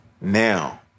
Now